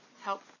help